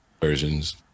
versions